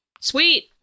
sweet